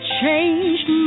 changed